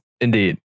Indeed